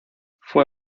fue